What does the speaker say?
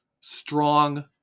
strong